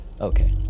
Okay